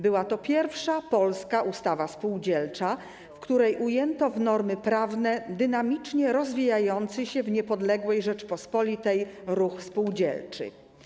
Była to pierwsza polska ustawa spółdzielcza, w której ujęto w normy prawne dynamicznie rozwijający się w niepodległej Rzeczypospolitej ruch spółdzielczy.